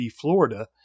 Florida